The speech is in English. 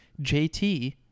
JT